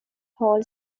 hall